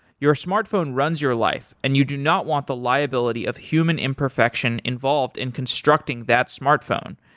your smartphone runs your life and you do not want the liability of human imperfection involved in constructing that smartphone.